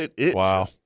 Wow